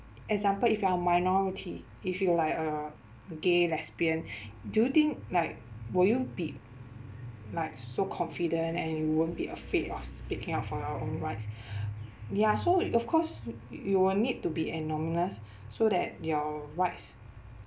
example if you are a minority if you're like a gay lesbian do you think like will you be like so confident and you won't be afraid of speaking up for your own rights ya so of course y~ you will need to be so that your rights